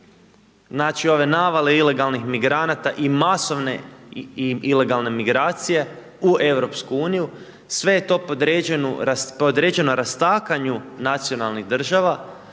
znači, ove navale ilegalnih migranata i masovne ilegalne migracije u EU, sve je to podređeno rastakanju nacionalnih država,